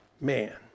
man